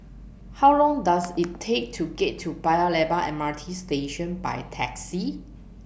How Long Does IT Take to get to Paya Lebar M R T Station By Taxi